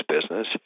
business